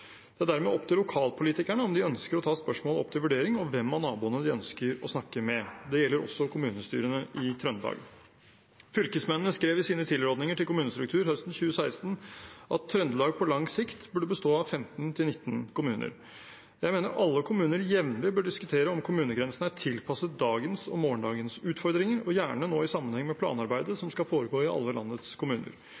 Det er dermed opp til lokalpolitikerne om de ønsker å ta spørsmålet opp til vurdering, og hvem av naboene de ønsker å snakke med. Det gjelder også kommunestyrene i Trøndelag. Fylkesmennene skrev i sine tilrådinger til kommunestruktur høsten 2016 at Trøndelag på lang sikt burde bestå av 15–19 kommuner. Jeg mener alle kommuner jevnlig bør diskutere om kommunegrensene er tilpasset dagens og morgendagens utfordringer, og gjerne nå i sammenheng med planarbeidet